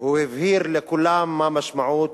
הוא הבהיר לכולם מה משמעות